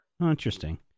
Interesting